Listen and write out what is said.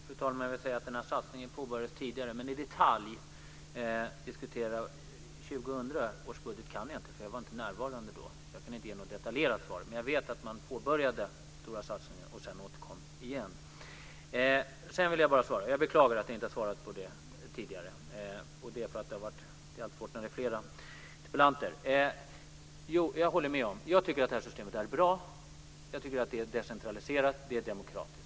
Fru talman! Jag vill säga att satsningen påbörjades tidigare, men diskutera 2000 års budget i detalj kan jag inte för jag var inte närvarande då. Jag kan därför inte ge något detaljerat svar. Men jag vet att man påbörjade stora satsningar och sedan återkom. Jag beklagar att jag inte har svarat tidigare. Det beror på att det alltid är svårt när det är flera interpellanter. Jag tycker att det här systemet är bra. Det är decentraliserat och det är demokratiskt.